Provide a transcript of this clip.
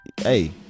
hey